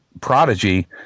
prodigy